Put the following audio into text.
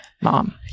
mom